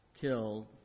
killed